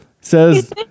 says